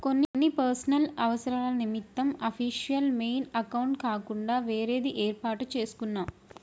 కొన్ని పర్సనల్ అవసరాల నిమిత్తం అఫీషియల్ మెయిల్ అకౌంట్ కాకుండా వేరేది యేర్పాటు చేసుకున్నా